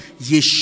Yeshua